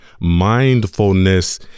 mindfulness